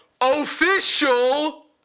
Official